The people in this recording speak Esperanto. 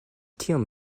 kiom